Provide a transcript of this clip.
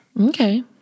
Okay